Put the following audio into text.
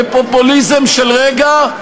בפופוליזם של רגע,